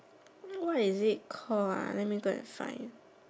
what is it called ah let me go and find